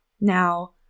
Now